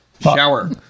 Shower